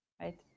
right